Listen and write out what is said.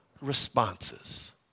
responses